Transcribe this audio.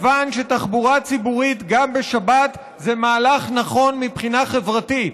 כיוון שתחבורה ציבורית גם בשבת זה מהלך נכון מבחינה חברתית.